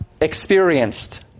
experienced